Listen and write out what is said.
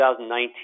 2019